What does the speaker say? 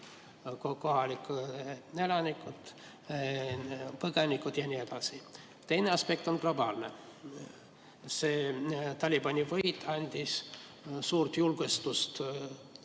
kohalikud elanikud, põgenikud jne. Teine aspekt on globaalne. Talibani võit andis suurt julgustust